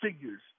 figures